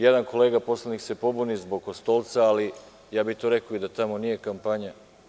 Jedan kolega poslanik se pobuni zbog Kostolca, a rekao bih da tamo nije kampanja.